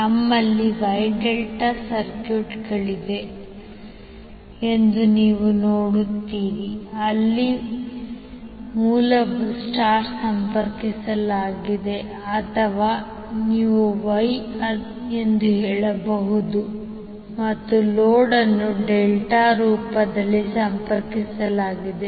ನಮ್ಮಲ್ಲಿ Y Δ ಸರ್ಕ್ಯೂಟ್ಗಳಿವೆ ಎಂದು ನೀವು ನೋಡುತ್ತೀರಿ ಅಲ್ಲಿ ಮೂಲವನ್ನು star ಸಂಪರ್ಕಿಸಲಾಗಿದೆ ಅಥವಾ ನೀವು Y ಎಂದು ಹೇಳಬಹುದು ಮತ್ತು ಲೋಡ್ ಅನ್ನು ಡೆಲ್ಟಾ ರೂಪದಲ್ಲಿ ಸಂಪರ್ಕಿಸಲಾಗಿದೆ